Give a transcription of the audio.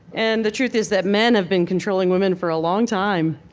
and the truth is that men have been controlling women for a long time,